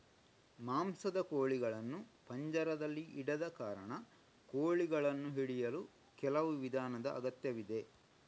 ಮಾಂಸದ ಕೋಳಿಗಳನ್ನು ಪಂಜರದಲ್ಲಿ ಇಡದ ಕಾರಣ, ಕೋಳಿಗಳನ್ನು ಹಿಡಿಯಲು ಕೆಲವು ವಿಧಾನದ ಅಗತ್ಯವಿದೆ